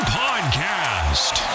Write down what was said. podcast